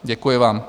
Děkuji vám.